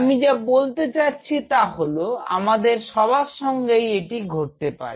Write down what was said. আমি যা বলতে চাচ্ছি তা হল আমাদের সবার সঙ্গেই এটি ঘটতে পারে